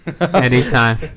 anytime